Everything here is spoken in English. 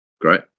great